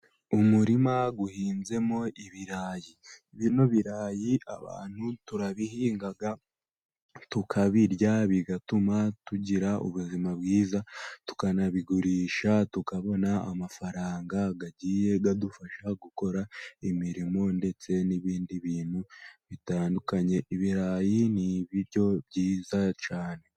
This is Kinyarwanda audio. Umurima uhinzemo ibirayi. Bino birayi abantu turabihinga, tukabirya bigatuma tugira ubuzima bwiza, tukanabigurisha tukabona amafaranga agiye adufasha gukora imirimo, ndetse n'ibindi bintu bitandukanye. Ibirayi ni ibiryo byiza cyane.